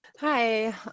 Hi